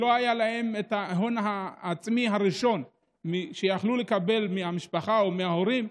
לא היה להם ההון העצמי הראשוני שיכלו לקבל מהמשפחה או מההורים.